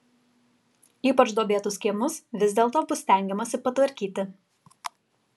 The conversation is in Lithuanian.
ypač duobėtus kiemus vis dėlto bus stengiamasi patvarkyti